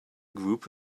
group